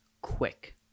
quick